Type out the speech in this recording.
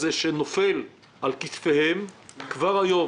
שנופל על כתפיהם כבר היום.